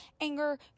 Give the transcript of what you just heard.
anger